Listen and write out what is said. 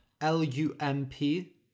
l-u-m-p